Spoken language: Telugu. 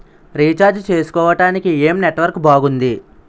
రీఛార్జ్ చేసుకోవటానికి ఏం నెట్వర్క్ బాగుంది?